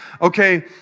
Okay